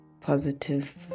positive